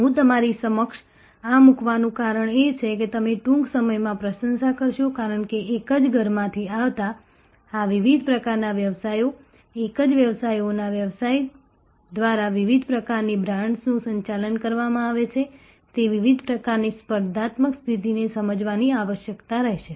હું તમારી સમક્ષ આ મૂકવાનું કારણ એ છે કે તમે ટૂંક સમયમાં પ્રશંસા કરશો કારણ કે એક જ ઘરમાંથી આવતા આ વિવિધ પ્રકારના વ્યવસાયો એક જ સેવાઓના વ્યવસાય દ્વારા વિવિધ પ્રકારની બ્રાન્ડ્સનું સંચાલન કરવામાં આવે છે તે વિવિધ પ્રકારની સ્પર્ધાત્મક સ્થિતિ ને સમજવાની આવશ્યકતા રહેશે